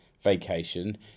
vacation